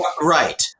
Right